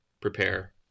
Prepare